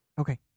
Okay